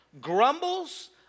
grumbles